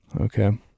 Okay